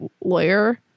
lawyer